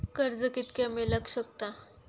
कर्ज कितक्या मेलाक शकता?